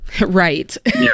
Right